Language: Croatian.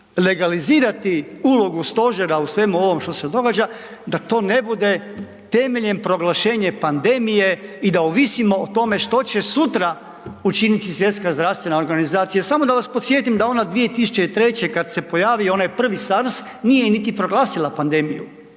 legalizirati ulogu stožera u svemu ovom što se događa, da to ne bude temeljem proglašenja pandemije i da ovisimo o tome što će sutra učiniti Svjetska zdravstvena organizacija. Samo da vas podsjetim, da ona 2003. kad se pojavio onaj prvi SARS nije niti proglasila pandemiju,